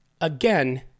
again